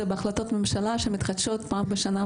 זה בהחלטות הממשלה שמתחדשות פעם בשנה,